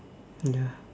ya